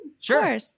Sure